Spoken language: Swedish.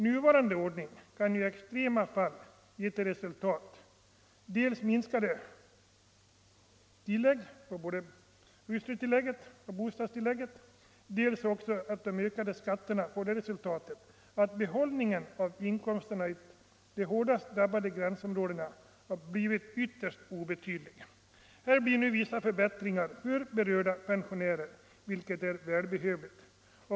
Nuvarande ordning kan i extrema fall ge till resultat dels att hustrutillägg och bostadstillägg minskar, dels att behållningen genom marginalskatten av inkomsterna i de hårdast drabbade gränsområdena blir ytterst obetydlig. Här blir det nu vissa förbättringar för berörda pensionärer, vilket är välbehövligt.